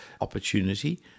Opportunity